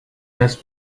has